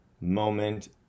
moment